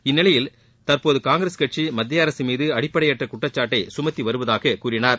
இந்நிலையில் தற்போது காங்கிரஸ் கட்சி மத்தியஅரசு மீது அடிப்படையற்ற குற்றச்சாட்டை சுமத்தி வருவதாக கூறினார்